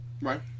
Right